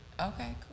Okay